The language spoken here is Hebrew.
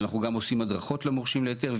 ואנחנו גם עושים הדרכות למורשים להיתר,